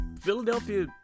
Philadelphia